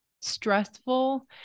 stressful